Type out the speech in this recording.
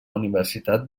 universitat